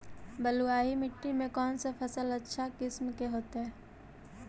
बलुआही मिट्टी में कौन से फसल अच्छा किस्म के होतै?